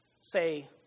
say